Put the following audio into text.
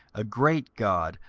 a great god,